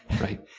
Right